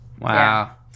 Wow